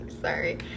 Sorry